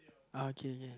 oh okay okay